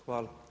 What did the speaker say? Hvala.